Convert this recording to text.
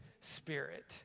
Spirit